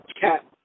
cat